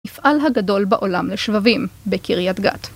מפעל הגדול בעולם לשבבים בקריית גת.